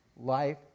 Life